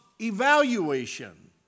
evaluation